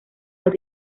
los